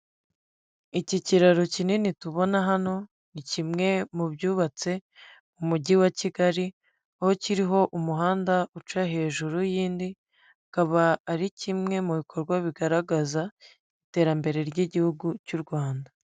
Iki kiraro kinini tubona hano ni kimwe mu byubatse mu mujyi wa Kigali, aho kiriho umuhanda uca hejuru y'indi. Akaba ari kimwe mu bikorwa bigaragaza iterambere ry'igihugu cy'u Rwanda.